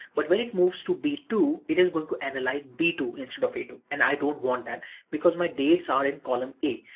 but when it moves to b two, it is going to analyze b two instead sort of a two, and i don't want that because my dates are in column a.